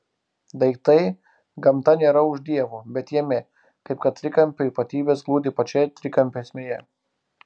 daiktai gamta nėra už dievo bet jame kaip kad trikampio ypatybės glūdi pačioje trikampio esmėje